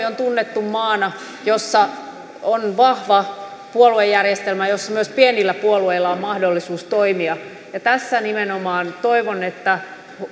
on tunnettu maana missä on vahva puoluejärjestelmä missä myös pienillä puolueilla on mahdollisuus toimia tässä nimenomaan toivon että